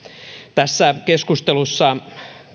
tässä keskustelussa